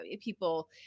people